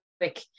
quick